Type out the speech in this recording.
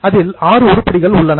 அதில் ஆறு உருப்படிகள் உள்ளன